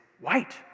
white